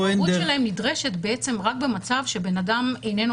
המעורבות שלהם נדרשת רק במצב שאדם איננו